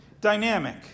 dynamic